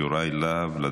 יוראי להב הרצנו,